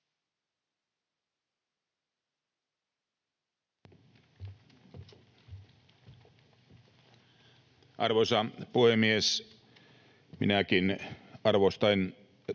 Arvoisa puhemies! Minäkin arvostan